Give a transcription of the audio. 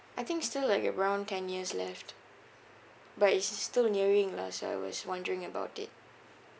I think still like around ten years left but is is still nearing lah so I was wondering about it